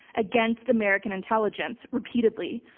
against american intelligence, repeatedly.